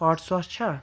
heart sauce چھا